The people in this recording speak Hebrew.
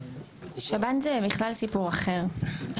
שב"ן זה בכלל סיפור אחר.